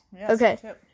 okay